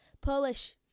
Polish